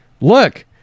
look